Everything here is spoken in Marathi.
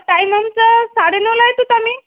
टाईमिंगचं साडेनऊला येत आहोत आम्ही